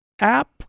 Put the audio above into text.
app